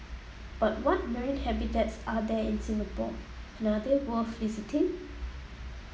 but what marine habitats are there in Singapore and are they worth visiting